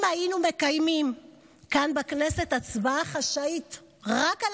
אם היינו מקיימים כאן בכנסת הצבעה חשאית רק על